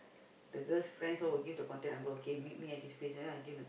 the girl's friends all will give the contact number okay meet me at this place and then I give